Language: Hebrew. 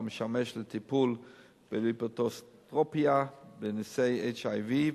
ומשמש לטיפול בליפודיסטרופיה בנשאי HIV,